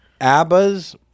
ABBA's